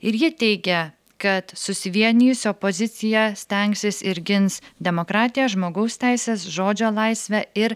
ir ji teigia kad susivienijusi opozicija stengsis ir gins demokratiją žmogaus teises žodžio laisvę ir